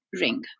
ring